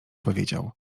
powiedział